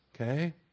okay